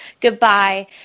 Goodbye